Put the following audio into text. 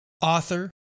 author